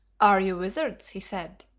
are you wizards, he said,